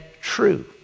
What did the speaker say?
true